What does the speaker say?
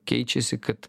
keičiasi kad